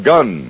Gun